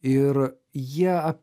ir jie